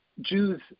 Jews